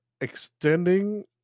extending